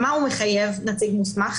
במה הוא מחייב נציג מוסמך?